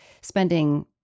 spending